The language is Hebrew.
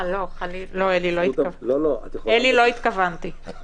אלי, לא התכוונתי.